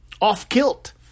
off-kilt